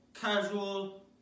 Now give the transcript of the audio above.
casual